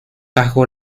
bajo